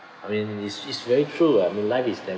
I mean is is very true [what] I mean life is very